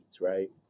right